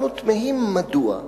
אנחנו תמהים מדוע,